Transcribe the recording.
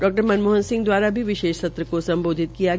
डा मन मएहन सिंह द्वारा भी विशेष सत्र का सम्बाधित किया गया